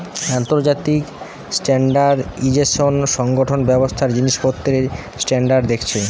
আন্তর্জাতিক স্ট্যান্ডার্ডাইজেশন সংগঠন ব্যবসার জিনিসপত্রের স্ট্যান্ডার্ড দেখছে